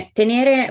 tenere